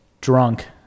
drunk